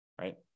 right